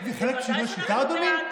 זה חלק משינוי שיטה, אדוני?